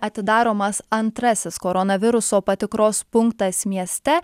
atidaromas antrasis koronaviruso patikros punktas mieste